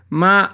ma